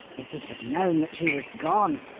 if he had known that she was gone,